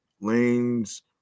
lanes